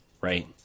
right